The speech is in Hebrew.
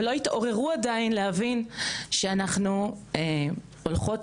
ולא התעוררו עדיין להבין שאנחנו הולכות